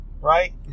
right